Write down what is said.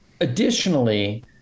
Additionally